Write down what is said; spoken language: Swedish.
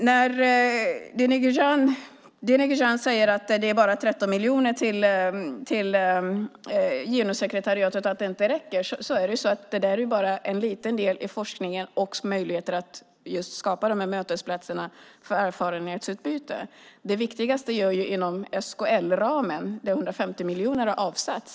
Esabelle Dingizian säger att det bara är 13 miljoner till Genussekretariatet och att det inte räcker. Det är bara en liten del i forskningen och för att ge möjligheter att skapa mötesplatserna och erfarenhetsutbyte. Det viktigaste görs inom ramen för SKL där 150 miljoner har avsatts.